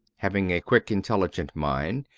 having a quick intelligent mind,